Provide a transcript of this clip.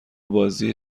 بازی